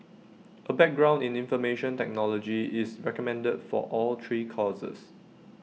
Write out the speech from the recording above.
A background in information technology is recommended for all three courses